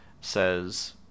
says